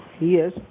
yes